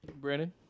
Brandon